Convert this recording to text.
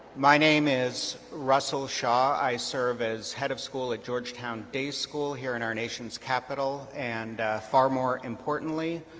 my name is russell shaw. i serve as head of school at georgetown day school here in our nation's capital and far more importantly,